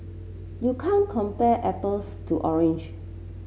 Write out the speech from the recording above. you can't compare apples to orange